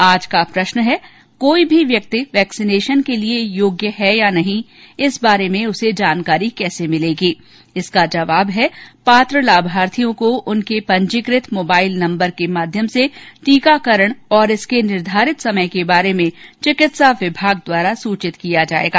आज का प्रश्न है कोई भी व्यक्ति वैक्सीनेशन के लिये योग्य है या नहीं इस बारे में उसे जानकारी कैसे मिलेगी इसका जवाब है पात्र लाभार्थियों को उनके पंजीकृत मोबाइल नम्बर के माध्यम से टीकाकरण और इसके निर्धारित समय के बारे में चिकित्सा विभाग द्वारा सूचित किया जायेगा